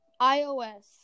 iOS